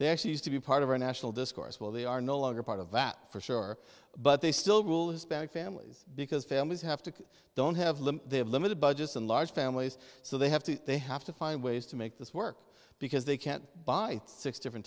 they actually used to be part of our national discourse well they are no longer part of that for sure but they still rule is back families because families have to don't have them they have limited budgets and large families so they have to they have to find ways to make this work because they can't buy six different